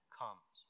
comes